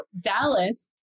Dallas